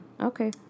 Okay